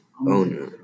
owner